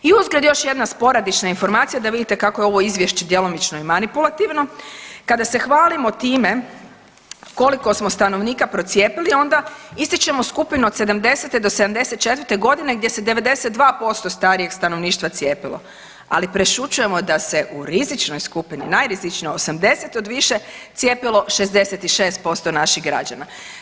I uzgred, još jedna sporadična informacija da vidite kako je ovo Izvješće djelomično i manipulativno, kada se hvalimo time koliko smo stanovnika procijepili, onda ističemo skupinu od 70. do 74. g. gdje se 92% starijeg stanovništva cijepilo, ali prešućujemo da se u rizičnoj skupini, najrizičnijoj, 80 do više, cijepilo 66% naših građana.